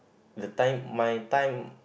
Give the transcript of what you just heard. the time my time